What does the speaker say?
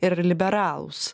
ir liberalūs